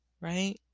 right